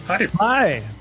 Hi